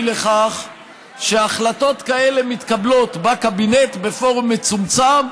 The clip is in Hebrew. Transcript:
לכך שהחלטות כאלה מתקבלות בקבינט בפורום מצומצם,